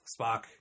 Spock